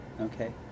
Okay